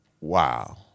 Wow